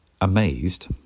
Amazed